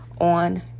on